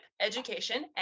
education